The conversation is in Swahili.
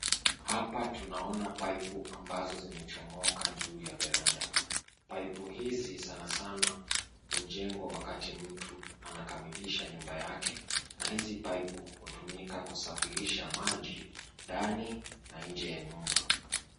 Hapa tunaona (cs)pipe(cs) ambazo zimechomoka juu ya veranda.(cs)Pipe(cs) hizi sana sana hujengwa wakati mtu anakamilisha nyumba yake na hizi(cs)pipe(cs) hutumika kusafirisha maji ndani na nje ya nyumba.